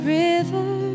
river